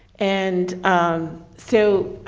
and so